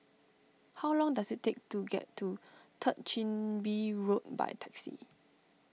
how long does it take to get to Third Chin Bee Road by taxi